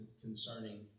concerning